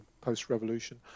post-revolution